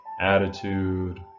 attitude